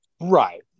Right